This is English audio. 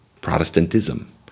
Protestantism